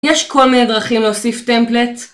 יש כל מיני דרכים להוסיף טמפלייט